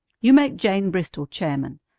you make jane bristol chairman,